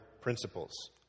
principles